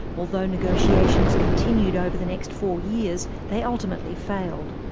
although negotiations continued over the next four years, they ultimately failed.